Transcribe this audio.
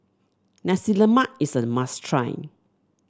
Nasi Lemak is a must try